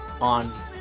on